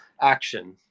action